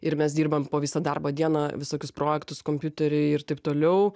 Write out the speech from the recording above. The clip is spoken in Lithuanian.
ir mes dirbam po visą darbo dieną visokius projektus kompiuterį ir taip toliau